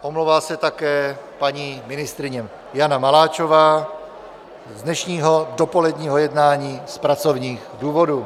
Omlouvá se také paní ministryně Jana Maláčová z dnešního dopoledního jednání z pracovních důvodů.